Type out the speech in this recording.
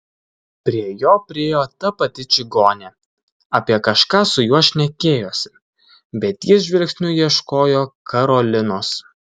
prie jo priėjo ta pati čigonė apie kažką su juo šnekėjosi bet jis žvilgsniu ieškojo karolinos